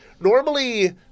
normally –